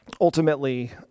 ultimately